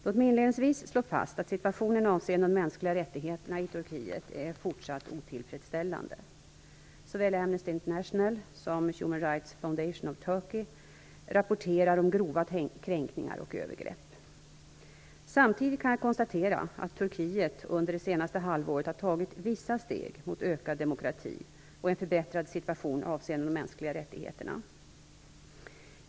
Låt mig inledningsvis slå fast att situationen avseende de mänskliga rättigheterna i Turkiet är fortsatt otillfredsställande. Såväl Amnesty International som Human Rights Foundation of Turkey rapporterar om grova kränkningar och övergrepp. Samtidigt kan jag konstatera att Turkiet under det senaste halvåret tagit vissa steg mot ökad demokrati och en förbättrad situation avseende de mänskliga rättigheterna.